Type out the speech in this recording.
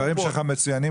הדברים שלך מצוינים,